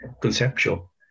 conceptual